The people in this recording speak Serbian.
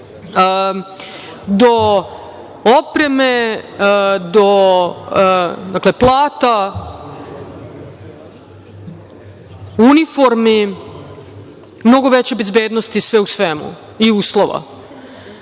opreme, do plata, uniformi, mnogo veće bezbednosti, sve u svemu, i uslova.